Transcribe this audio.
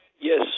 Yes